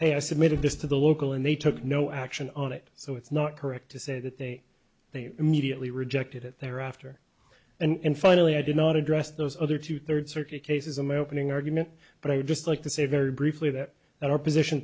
hey i submitted this to the local and they took no action on it so it's not correct to say that they they immediately rejected it thereafter and finally i did not address those other two third circuit cases american ng argument but i'd just like to say very briefly that that our position